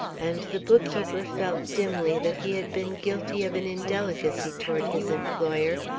and the bookkeeper felt dimly that he had been guilty of an indelicacy toward his employer,